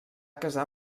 casar